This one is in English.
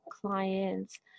clients